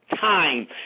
time